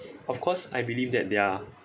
of course I believe that there are